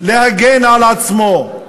להגן על עצמו,